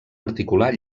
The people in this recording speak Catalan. articular